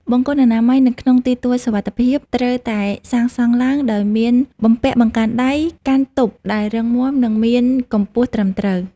បង្គន់អនាម័យនៅក្នុងទីទួលសុវត្ថិភាពត្រូវតែសាងសង់ឡើងដោយមានបំពាក់បង្កាន់ដៃកាន់ទប់ដែលរឹងមាំ និងមានកម្ពស់ត្រឹមត្រូវ។